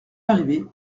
arrivé